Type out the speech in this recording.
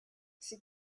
ces